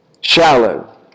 Shallow